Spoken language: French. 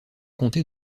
comté